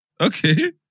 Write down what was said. Okay